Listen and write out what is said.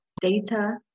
data